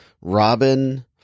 Robin